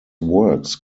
works